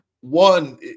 one